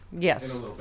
Yes